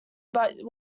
but